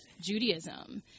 Judaism